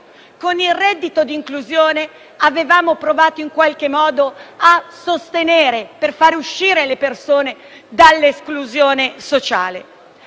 con il reddito di inclusione avevamo provato in qualche modo a sostenere, per far uscire le persone dall'esclusione sociale.